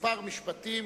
כמה משפטים,